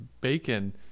bacon